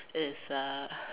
is err